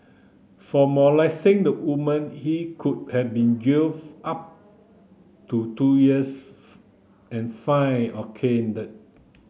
for molesting the woman he could have been jail for up to two years and fine or caned